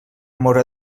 móra